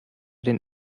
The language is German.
den